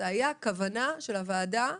זאת הייתה כוונת הוועדה.